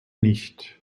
nicht